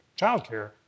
childcare